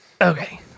Okay